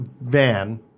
van